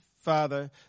father